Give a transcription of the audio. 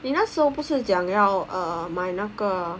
你那时不是讲要 uh 买那个